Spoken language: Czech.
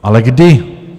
Ale kdy?